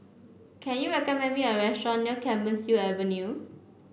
can you recommend me a restaurant near Clemenceau Avenue